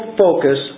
focus